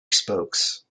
spokes